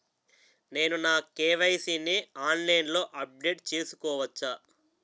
నేను నా కే.వై.సీ ని ఆన్లైన్ లో అప్డేట్ చేసుకోవచ్చా?